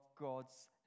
God's